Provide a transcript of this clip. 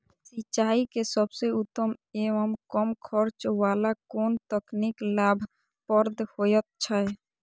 सिंचाई के सबसे उत्तम एवं कम खर्च वाला कोन तकनीक लाभप्रद होयत छै?